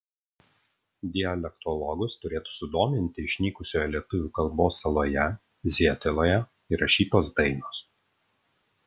dialektologus turėtų sudominti išnykusioje lietuvių kalbos saloje zieteloje įrašytos dainos